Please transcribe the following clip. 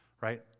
right